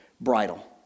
Bridle